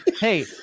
hey